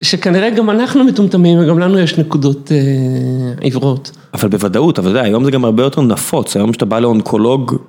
שכנראה גם אנחנו מטומטמים, וגם לנו יש נקודות עיוורות. אבל בוודאות, אתה יודע, היום זה גם הרבה יותר נפוץ, היום כשאתה בא לאונקולוג...